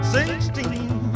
Sixteen